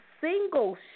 single